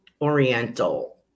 Oriental